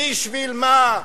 בשביל מה?